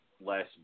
less